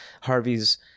harvey's